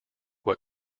what